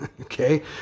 okay